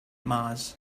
mars